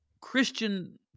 Christian